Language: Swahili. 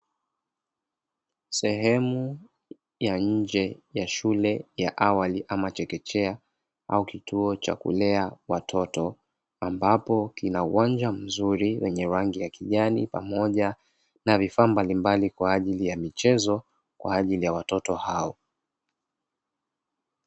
Sehemu ya nje ya shule ya awali ama chekechea au kituo cha kulea watoto, ambapo kina uwanja mzuri wenye rangi ya kijani pamoja na vifaa mbalimbali kwa ajili ya michezo kwa ajili ya watoto hao.